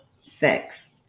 six